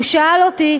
הוא שאל אותי,